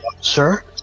Sir